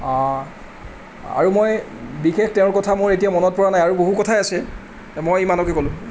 আৰু মই বিশেষ তেওঁৰ কথা মোৰ এতিয়া মনত পৰা নাই আৰু বহু কথাই আছে মই ইমানকে ক'লোঁ